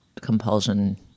compulsion